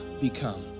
become